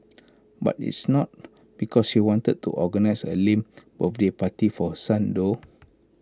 but it's not because she wanted to organise A lame birthday party for her son though